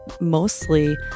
mostly